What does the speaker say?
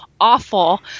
awful